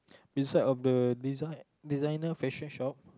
beside of the design designer fashion shop